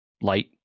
light